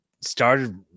started